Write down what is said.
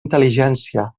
intel·ligència